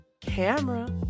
Camera